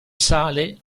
sale